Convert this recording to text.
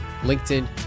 LinkedIn